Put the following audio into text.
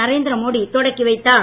நரேந்திரமோடி தொடக்கி வைத்தார்